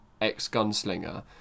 ex-gunslinger